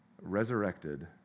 Resurrected